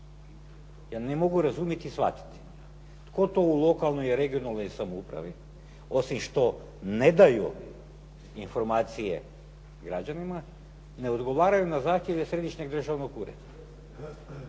Ja ne mogu razumiti ni shvatiti tko to u lokalnoj i regionalnoj samoupravi osim što ne daju informacije građanima, ne odgovaraju na zahtjeve Središnjeg državnog ureda.